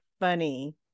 funny